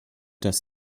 das